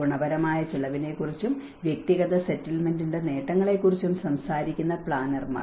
ഗുണപരമായ ചെലവിനെക്കുറിച്ചും വ്യക്തിഗത സെറ്റിൽമെന്റിന്റെ നേട്ടങ്ങളെക്കുറിച്ചും സംസാരിക്കുന്ന പ്ലാനർമാർ